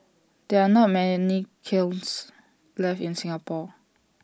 there are not many kilns left in Singapore